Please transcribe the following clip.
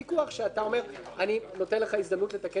שאתה אומר: אני נותן לך הזדמנות לתקן בעצמך.